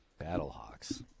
Battlehawks